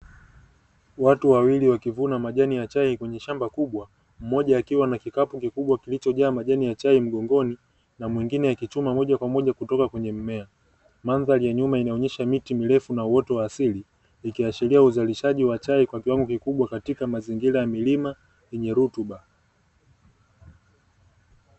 Watu wawili wakivuna majani ya chai kwenye shamba kubwa, mmoja akiwa na kikapu kikubwa kilichojaa majani ya chai mgongoni, na mwingine akichuma moja kwa moja kutoka kwenye mmea. Mandhari ya nyuma inaonyesha miti mirefu na uoto wa asili, ikiashiria uzalishaji wa chai kwa kiwango kikubwa katika mazingira ya milima yenye rutuba.